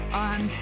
on